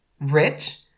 Rich